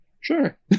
Sure